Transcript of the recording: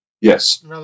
Yes